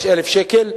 שקל,